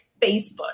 Facebook